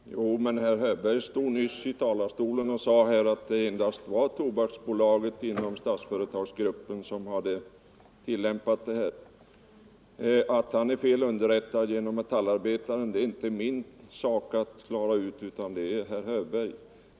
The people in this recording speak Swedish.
Herr talman! Herr Hörberg stod nyss i talarstolen och sade att det inom Statsföretagsgruppen endast är Tobaksbolaget som åstadkommit något på det område det här gäller. Att han är fel underrättad genom tidskriften Metallarbetaren är inte min sak att klara ut, utan herr Hörbergs.